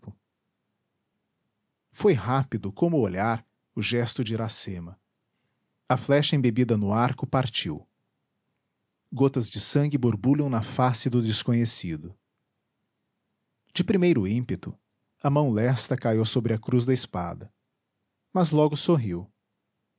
foi rápido como o olhar o gesto de iracema a flecha embebida no arco partiu gotas de sangue borbulham na face do desconhecido de primeiro ímpeto a mão lesta caiu sobre a cruz da espada mas logo sorriu